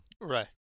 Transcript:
Right